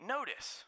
Notice